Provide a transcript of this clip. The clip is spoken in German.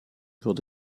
wird